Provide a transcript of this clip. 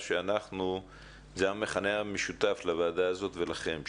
זה המכנה המשותף לוועדה הזאת ולכם.